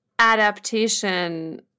Adaptation